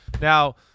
Now